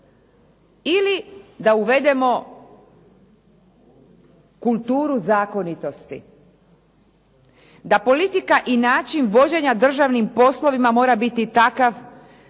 Ili da uvedemo kulturu zakonitosti? Da politika i način vođenja državnim poslovima mora biti takav